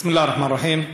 בסם אללה א-רחמאן א-רחים.